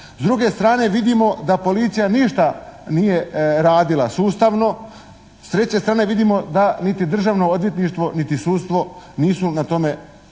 S druge strane vidimo da policija ništa nije radila sustavno, s treće strane vidimo da niti Državno odvjetništvo niti sudstvo nisu na tome primjeru,